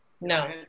No